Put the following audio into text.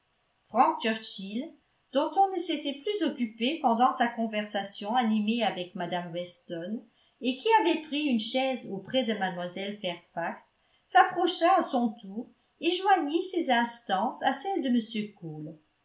dont on ne s'était plus occupé pendant sa conversation animée avec mme weston et qui avait pris une chaise auprès de mlle fairfax s'approcha à son tour et joignit ses instances à celles de